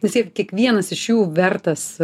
nes jeigu kiekvienas iš jų vertas